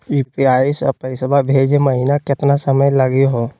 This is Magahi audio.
यू.पी.आई स पैसवा भेजै महिना केतना समय लगही हो?